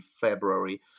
February